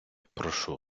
прошу